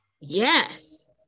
Yes